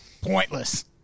pointless